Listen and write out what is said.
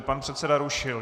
Pan předseda rušil.